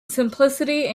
simplicity